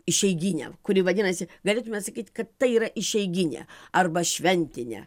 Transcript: išeiginę kuri vadinasi galėtumėt sakyt kad tai yra išeiginė arba šventinė